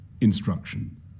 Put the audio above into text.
instruction